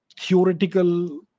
theoretical